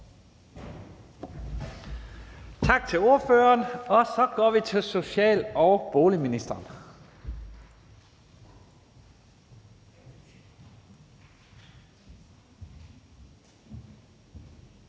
Tak til ordføreren. Så går vi videre til social- og boligministeren.